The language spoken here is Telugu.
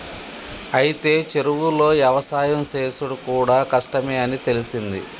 అయితే చెరువులో యవసాయం సేసుడు కూడా కష్టమే అని తెలిసింది